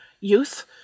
youth